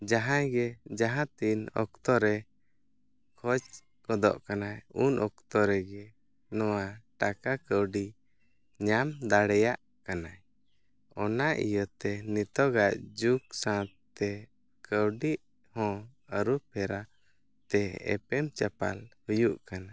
ᱡᱟᱦᱟᱭᱜᱮ ᱡᱟᱦᱟᱛᱤᱱ ᱚᱠᱛᱚᱨᱮ ᱠᱷᱚᱡᱽ ᱜᱚᱫᱚᱜ ᱠᱟᱱᱟᱭ ᱩᱱᱚᱠᱛᱚ ᱨᱮᱜᱮ ᱱᱚᱣᱟ ᱴᱟᱠᱟ ᱠᱟᱹᱣᱰᱤ ᱧᱟᱢ ᱫᱟᱲᱮᱭᱟᱜ ᱠᱟᱱᱟᱭ ᱚᱱᱟ ᱤᱭᱟᱹᱛᱮ ᱱᱤᱛᱚᱜᱟᱜ ᱡᱩᱜᱽ ᱥᱟᱶᱛᱮ ᱠᱟᱹᱣᱰᱤ ᱦᱚᱸ ᱟᱹᱨᱩᱯᱷᱮᱨᱟ ᱛᱮ ᱮᱯᱮᱢ ᱪᱟᱯᱟᱞ ᱦᱩᱭᱩᱜ ᱠᱟᱱᱟ